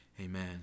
Amen